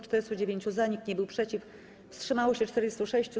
409 - za, nikt nie był przeciw, wstrzymało się 46.